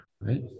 right